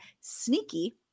sneaky